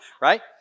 Right